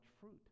fruit